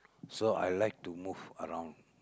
so I like to move around